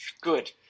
Good